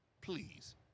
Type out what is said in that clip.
Please